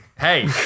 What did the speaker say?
Hey